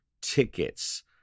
tickets